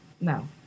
No